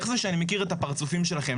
איך זה שאני מכיר את הפרצופים שלכם,